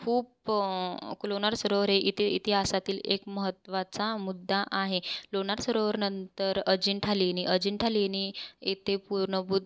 खूप लोणार सरोवर हे इति इतिहासातील एक महत्त्वाचा मुद्दा आहे लोणार सरोवर नंतर अजिंठा लेणी अजिंठा लेणी येथे पूर्ण बु